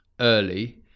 Early